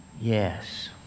Yes